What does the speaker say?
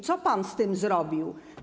Co pan z tym zrobił?